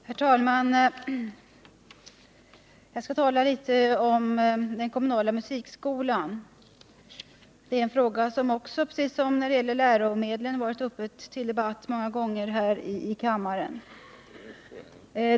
Herr talman! Jag skall tala litet om den kommunala musikskolan. Det är ett ämne som också — precis som läromedlen — varit uppe till debatt många gånger här i kammaren.